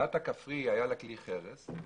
לבת הכפרי היה כלי חרס,